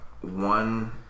one